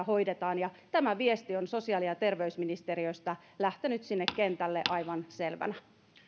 hoidetaan tämä viesti on sosiaali ja terveysministeriöstä lähtenyt sinne kentälle aivan selvänä